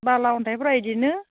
बाला अन्थाइफोरा बिदिनो